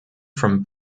from